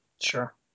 Sure